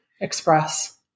express